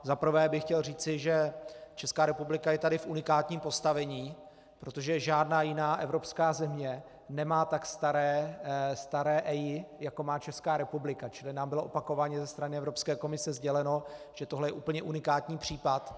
Za prvé bych chtěl říci, že Česká republika je taky v unikátním postavení, protože žádná jiná Evropská země nemá tak staré EIA, jako má Česká republika, čili nám bylo opakovaně ze strany Evropské komise sděleno, že tohle je úplně unikátní případ.